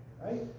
right